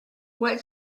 what